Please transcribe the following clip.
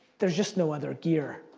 there's just no other gear.